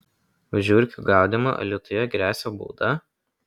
už žiurkių gaudymą alytuje gresia bauda